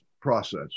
process